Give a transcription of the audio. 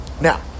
Now